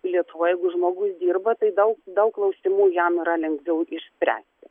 lietuvoj jeigu žmogus dirba tai daug daug klausimų jam yra lengviau išspręsti